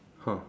ah